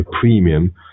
premium